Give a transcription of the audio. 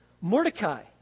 Mordecai